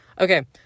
Okay